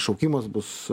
šaukimas bus